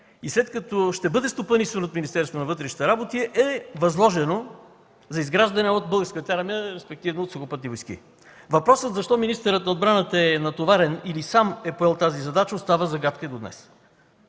Министерството на вътрешните работи, е възложено за изграждане от Българската армия, респективно Сухопътни войски. Въпросът защо министърът на отбраната е натоварен или сам е поел тази задача, остава загадка и до днес.